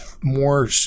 more